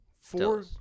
Four